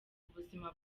ubuzima